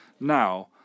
now